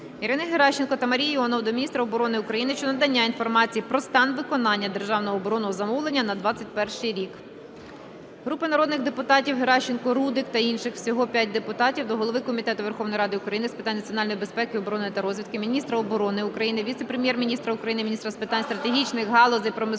Ірини Геращенко та Марії Іонової до міністра оборони України щодо надання інформації про стан виконання державного оборонного замовлення на 21-й рік. Групи народних депутатів (Геращенко, Рудик та інших. Всього 5 депутатів) до голови Комітету Верховної Ради України з питань національної безпеки, оборони та розвідки, міністра оборони України, віце-прем'єр-міністра України – міністра з питань стратегічних галузей промисловості